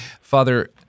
Father